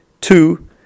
two